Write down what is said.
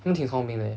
他们挺聪明的 eh